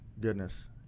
goodness